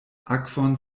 akvon